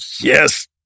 yes